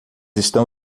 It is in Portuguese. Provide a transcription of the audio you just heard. estão